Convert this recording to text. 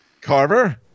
Carver